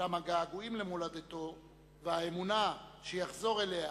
אולם הגעגועים למולדתו והאמונה שיחזור אליה